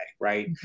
right